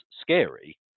scary